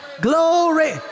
glory